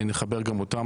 נחבר גם אותם,